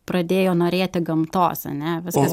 pradėjo norėti gamtos ane viskas